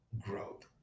growth